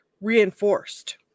reinforced